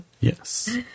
Yes